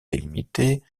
délimitées